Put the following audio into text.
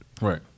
Right